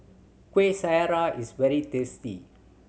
Kueh Syara is very tasty